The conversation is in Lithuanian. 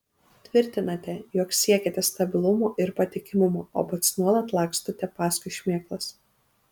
tvirtinate jog siekiate stabilumo ir patikimumo o pats nuolat lakstote paskui šmėklas